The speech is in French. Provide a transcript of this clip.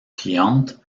clientes